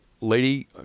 lady